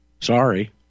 Sorry